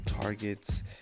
targets